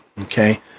Okay